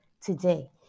today